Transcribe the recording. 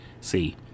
See